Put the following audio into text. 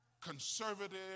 conservative